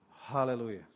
Hallelujah